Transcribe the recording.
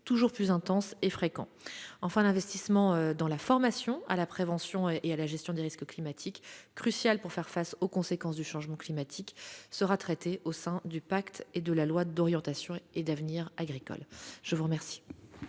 toujours plus intenses et fréquents. L'investissement dans la formation à la prévention et à la gestion des risques climatiques, crucial pour faire face aux conséquences du changement climatique, sera traité au sein du pacte et de la loi d'orientation et d'avenir agricoles. La parole